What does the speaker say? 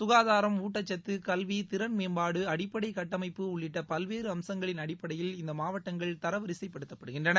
சுகாதாரம் ஊட்டச்சத்து கல்வி திறள் மேம்பாடு அடிப்படைக் கட்டமைப்பு உள்ளிட்ட பல்வேறு அம்சுங்களின் அடிப்படையில் இந்த மாவட்டங்கள் தர வரிசைப்படுத்தப்படுகின்றன